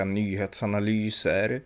nyhetsanalyser